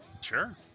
Sure